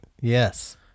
Yes